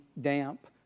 damp